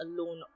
alone